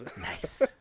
nice